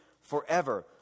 forever